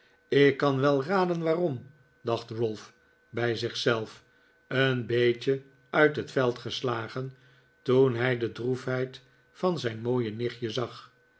ik kan wel raden waarom dacht ralph bij zich zelf een beetje uit het veld gestagen toen hij de droefheid van zijn mooie nichtje zag